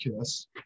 kiss